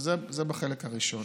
זה בחלק הראשון.